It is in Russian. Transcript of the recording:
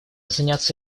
заняться